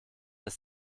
ist